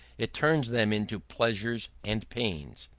it turns them into pleasures and pains,